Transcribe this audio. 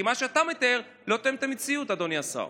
כי מה שאתה מתאר לא תואם את המציאות, אדוני השר.